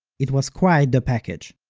it was quite the package.